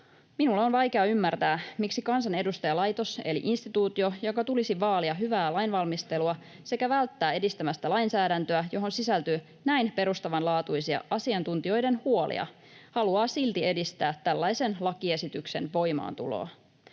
Minun on vaikea ymmärtää, miksi kansanedustajalaitos, eli instituutio, jonka tulisi vaalia hyvää lainvalmistelua sekä välttää edistämästä lainsäädäntöä, johon sisältyy näin perustavanlaatuisia asiantuntijoiden huolia, haluaa silti edistää tällaisen lakiesityksen voimaantuloa.